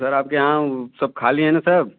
sir आप यहाँ सब खाली हैं न सर